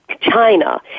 China